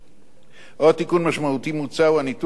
עוד תיקון משמעותי מוצע הוא ניתוק הזיקה שבין